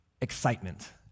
excitement